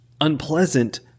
unpleasant